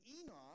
Enoch